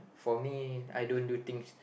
for me I don't do things